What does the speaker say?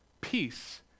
peace